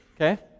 Okay